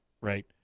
Right